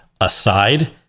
aside